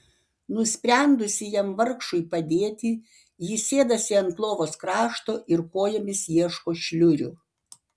nusprendusi jam vargšui padėti ji sėdasi ant lovos krašto ir kojomis ieško šliurių